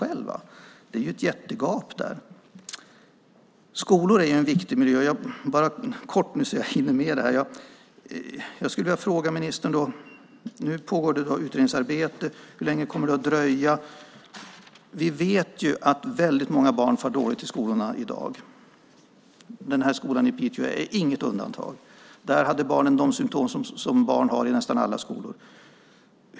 Där finns ett jättegap. Skolorna är en viktig miljö, och jag ska kort säga något om dem. Nu pågår det ett utredningsarbete, och jag skulle därför vilja fråga ministern hur länge det kommer att dröja innan det är klart. Vi vet att många barn i dag far illa i skolorna. Skolan i Piteå är inget undantag. De symtom som barnen där hade finns i nästan alla skolor.